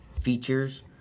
features